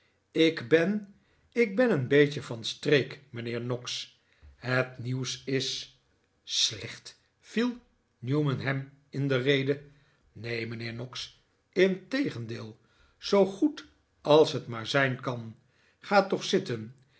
ik ben ik ben een beetje van streek mijnheer noggs het nieuws is slecht viel newman hem in de rede neen mijnheer noggs integendeel zoo goed als het maar zijn kan ga toch zitten